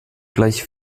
gleich